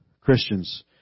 Christians